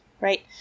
right